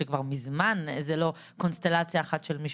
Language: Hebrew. כשכבר מזמן זאת לא קונסטלציה אחת של משפחה,